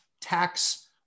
tax